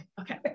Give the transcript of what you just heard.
Okay